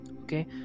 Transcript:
okay